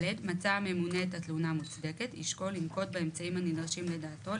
מצא הממונה את התלונה מוצדקת ישקול לנקוט באמצעים הנדרשים לדעתו,